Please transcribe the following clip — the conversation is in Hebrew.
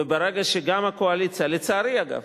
וברגע שגם הקואליציה, לצערי, אגב.